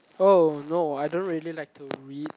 oh no I don't really like to read